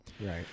right